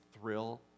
thrill